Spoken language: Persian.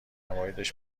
موردش